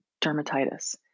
dermatitis